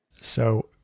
So-